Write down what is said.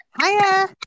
Hiya